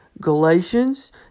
Galatians